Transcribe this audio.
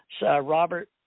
Robert